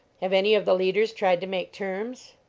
have any of the leaders tried to make terms?